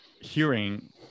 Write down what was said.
hearing